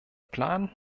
plan